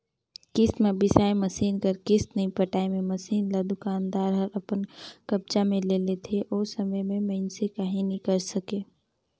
किस्ती म बिसाए मसीन कर किस्त नइ पटाए मे मसीन ल दुकानदार हर अपन कब्जा मे ले लेथे ओ समे में मइनसे काहीं नी करे सकें